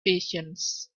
visions